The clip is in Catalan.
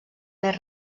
més